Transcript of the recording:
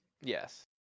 yes